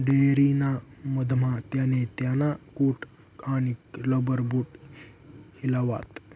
dairy ना मधमा त्याने त्याना कोट आणि रबर बूट हिलावात